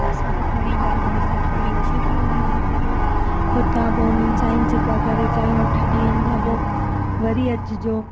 सभु खणी करे वरी सरकारी ऑफ़िस में वञिणो पियो उतां पोइ उन्हनि साइन सिका करे चयो अठनि ॾींहंनि खां पोइ वरी अचिजो